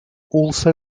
also